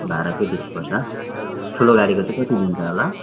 भाडा चाहिँ बेसी पर्छ ठुलो गाडीको चाहिँ कति लिन्छ होला